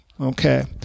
Okay